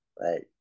right